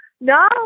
no